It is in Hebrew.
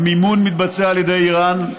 המימון מתבצע על ידי איראן.